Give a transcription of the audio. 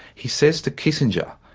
he says to kissinger,